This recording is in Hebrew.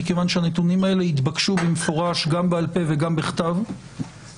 מכיוון שהנתונים האלה התבקשו במפורש גם בעל פה וגם בכתב הן